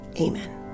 Amen